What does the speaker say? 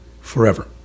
forever